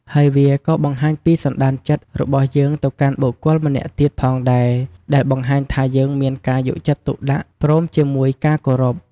ហើយវាក៏បង្ហាញពី សន្ដានចិត្ត របស់យើងទៅកាន់បុគ្គលម្នាក់ទៀតផងដែរ ដែលបង្ហាញថាយើងមានការយកចិត្តទុកដាក់ ព្រមជាមួយការគោរព។